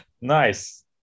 nice